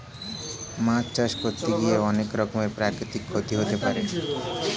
মাছ চাষ করতে গিয়ে অনেক রকমের প্রাকৃতিক ক্ষতি হতে পারে